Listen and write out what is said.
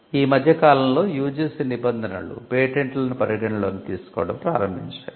ఈ మధ్య కాలంలో యుజిసి నిబంధనలు పేటెంట్లను పరిగణనలోకి తీసుకోవడం ప్రారంభించాయి